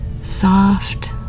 Soft